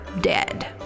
dead